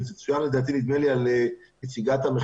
וזה צוין על ידי רינת,